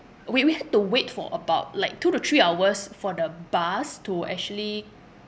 we we have to wait for about like two to three hours for the bus to actually